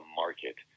market